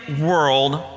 world